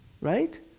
right